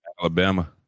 Alabama